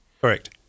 Correct